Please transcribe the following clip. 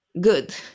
good